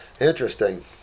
Interesting